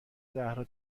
زهرا